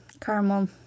Caramel